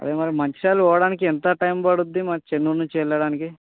అదే మరి మంచిర్యాల పోవడానికి ఎంత టైం పడుతుంది మన చెన్నూరు నుంచి వెళ్ళడానికి